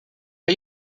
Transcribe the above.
are